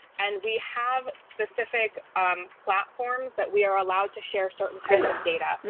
and we have specific platforms that we are allowed to share certain types of data.